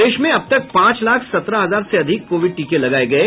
प्रदेश में अब तक पांच लाख सत्रह हजार से अधिक कोविड टीके लगाये गये